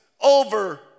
over